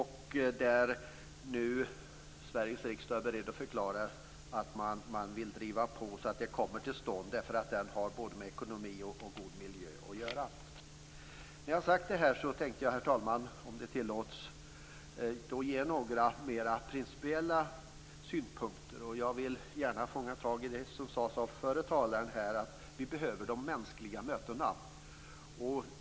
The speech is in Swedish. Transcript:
Sveriges riksdag är nu beredd att förklara sig villig att driva på så att broförbindelsen kommer till stånd, eftersom den har både med ekonomi och med en god miljö att göra. Herr talman! Om det är tillåtet tänkte jag också ge några mera principiella synpunkter. Jag vill gärna fånga upp det som föregående talare sade om vikten av mänskliga möten.